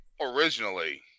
originally